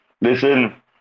Listen